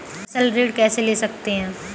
फसल ऋण कैसे ले सकते हैं?